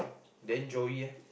then Joey eh